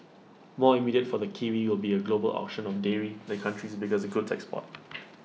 more immediate for the kiwi will be A global auction of dairy the country's biggest goods export